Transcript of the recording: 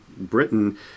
Britain